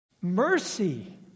mercy